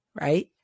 right